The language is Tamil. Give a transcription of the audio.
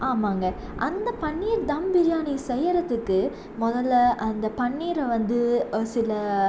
ஆமாங்க அந்த பன்னீர் தம் பிரியாணி செய்கிறதுக்கு முதல்ல அந்த பன்னீரை வந்து சில